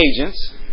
agents